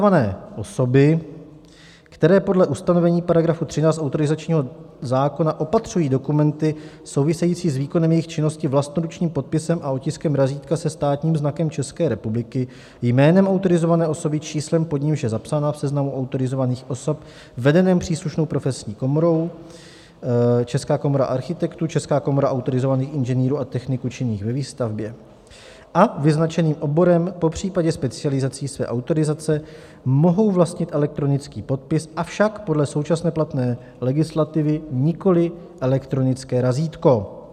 Tyto autorizované osoby, které podle ustanovení § 13 autorizačního zákona opatřují dokumenty související s výkonem jejich činnosti vlastnoručním podpisem a otiskem razítka se státním znakem České republiky, jménem autorizované osoby, číslem, pod nímž je zapsaná v seznamu autorizovaných osob vedeném příslušnou profesní komorou Česká komora architektů, Česká komora autorizovaných inženýrů a techniků činných ve výstavbě a vyznačeným oborem, popřípadě specializací své autorizace, mohou vlastnit elektronický podpis, avšak podle současné platné legislativy nikoli elektronické razítko.